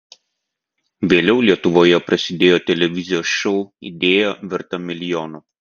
vėliau lietuvoje prasidėjo televizijos šou idėja verta milijono